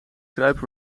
kruipen